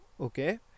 Okay